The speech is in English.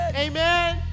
amen